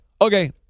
Okay